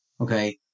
okay